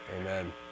Amen